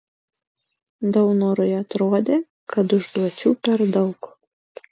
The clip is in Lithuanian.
daunorui atrodė kad užduočių per daug